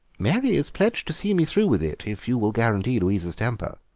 mary is pledged to see me through with it, if you will guarantee louisa's temper.